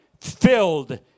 filled